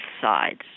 sides